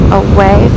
away